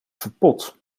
verpot